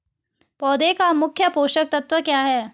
पौधें का मुख्य पोषक तत्व क्या है?